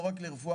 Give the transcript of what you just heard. לא רק לרפואה,